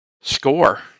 Score